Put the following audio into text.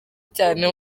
cyane